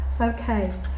Okay